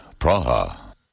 Praha